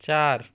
چار